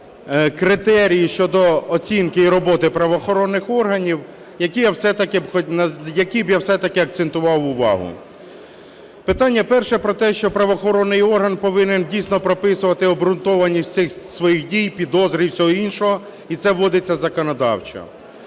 критерії щодо оцінки і роботи правоохоронних органів, на яких би я все-таки акцентував увагу. Питання перше – про те, що правоохоронний орган повинен дійсно прописувати обґрунтованість своїх дій, підозр і всього іншого. І це вводиться законодавчо.